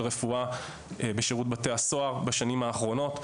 רפואה בשירות בתי הסוהר בשנים האחרונות,